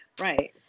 Right